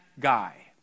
guy